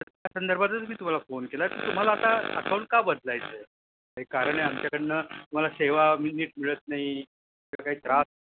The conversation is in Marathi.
तर त्या संदर्भातच मी तुम्हाला फोन केला तर तुम्हाला आता अकाऊंट का बदलायचं आहे काही कारण आहे आमच्याकडून तुम्हाला सेवा नीट मिळत नाही किंवा काही त्रास